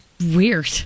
weird